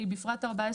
בפרט (14),